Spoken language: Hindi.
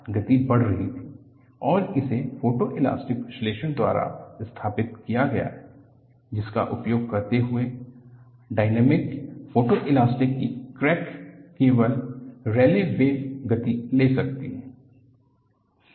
गति बढ़ रही थी और इसे फोटोइलास्टिक विश्लेषण द्वारा स्थापित किया गया है जिसका उपयोग करते हुए डायनेमिक फोटोइलास्टिक कि क्रैक केवल रैले वैव गति ले सकती है